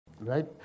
right